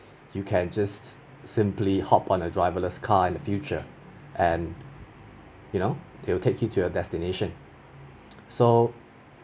you know ex~ for example taxi drivers if you can just simply hop on a driver-less car in the future and you know they will take you to your destination so